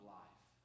life